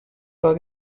del